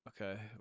Okay